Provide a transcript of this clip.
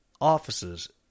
offices